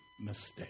mistake